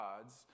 gods